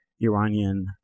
Iranian